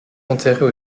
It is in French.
enterrée